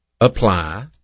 apply